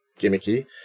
gimmicky